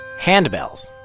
handbells